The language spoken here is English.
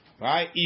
right